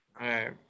right